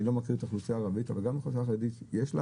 אני לא מכיר את האוכלוסיה הערבית אבל גם לאוכלוסיה החרדית יש,